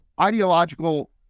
ideological